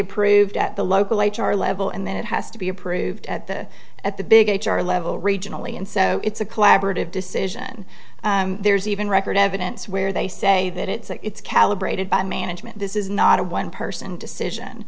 approved at the local h r level and then it has to be approved at the at the big h r level regionally and so it's a collaborative decision there's even record evidence where they say that it's calibrated by management this is not a one person decision